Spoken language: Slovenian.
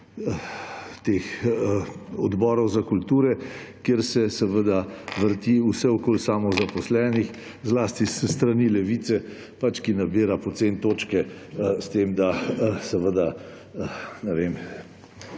odborov za kulturo, kjer se vrti vse okoli samozaposlenih, zlasti s strani Levice, ki nabira poceni točke s tem, da